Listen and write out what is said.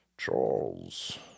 Charles